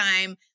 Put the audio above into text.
time